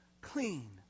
clean